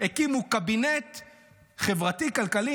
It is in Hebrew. הקימו קבינט חברתי-כלכלי,